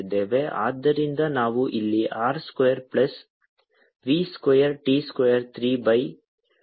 ಆದ್ದರಿಂದ ನಾವು ಇಲ್ಲಿ R square plus v square t square 3 by 2 minus 1 ಅನ್ನು ಪಡೆಯುತ್ತೇವೆ